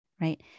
Right